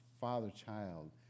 father-child